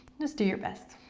just do your best.